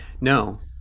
No